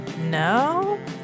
No